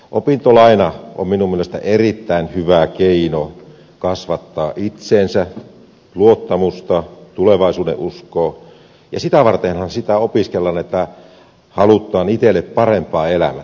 opintolaina on minun mielestäni erittäin hyvä keino kasvattaa itseluottamusta tulevaisuudenuskoa ja sitä vartenhan sitä opiskellaan että halutaan itselle parempaa elämää